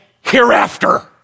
hereafter